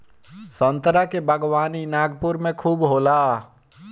संतरा के बागवानी नागपुर में खूब होला